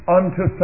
unto